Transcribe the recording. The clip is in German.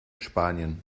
spanien